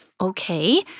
Okay